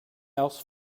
else